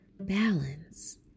balance